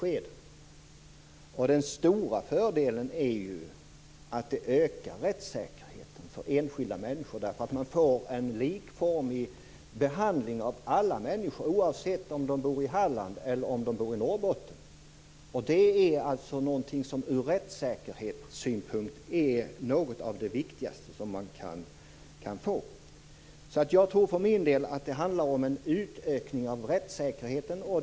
Den stora fördelen är att detta ökar rättssäkerheten för enskilda människor. Man får en likformig behandling av alla människor, oavsett om de bor i Halland eller i Norrbotten, och det är något av det viktigaste som man kan få till stånd ur rättssäkerhetssynpunkt. Jag tror alltså för min del att det handlar om en utökning av rättssäkerheten.